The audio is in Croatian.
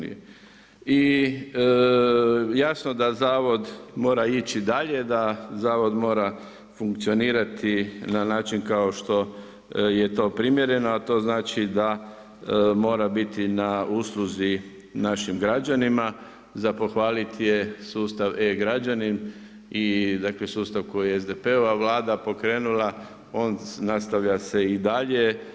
I jasno da Zavod mora ići dalje, da Zavod mora funkcionirati, na način kao što je to primjereno, a to znači, da mora biti na usluzi našim građanima, za pohvaliti je sustav e-građani i dakle, sustav koji je SDP-ova vlada pokrenula, on nastavlja se i dalje.